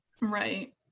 Right